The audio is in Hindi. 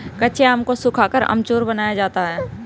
कच्चे आम को सुखाकर अमचूर बनाया जाता है